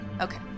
okay